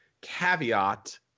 caveat